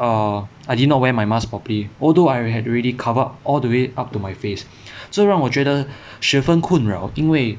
err I did not wear my mask properly although I had already covered all the way up to my face 这让我觉得十分困扰因为